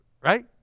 right